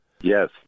Yes